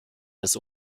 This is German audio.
des